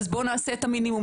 אז בואו נעשה את המינימום.